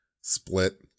split